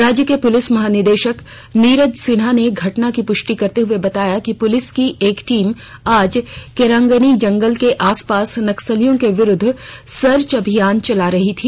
राज्य के पुलिस महानिदेश नीरज सिन्हा ने घटना की पुष्टि करते हुए बताया कि पुलिस की एक टीम आज केरागनी जंगल के आसपास नक्सलियों के विरूद्व सर्च अभियान चला रही थी